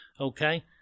okay